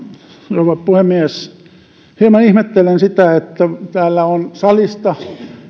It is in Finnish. rouva puhemies hieman ihmettelen sitä että täällä on salista